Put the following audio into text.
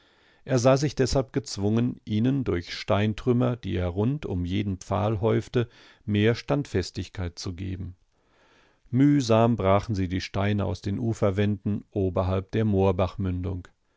er sah sich deshalb gezwungen ihnen durch steintrümmer die er rund um jeden pfahl häufte mehr standfestigkeit zu geben mühsam brachen sie die steine aus den uferwänden oberhalb der